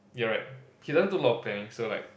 you're right he doesn't do a lot of planning so like